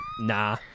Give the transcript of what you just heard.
Nah